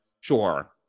Sure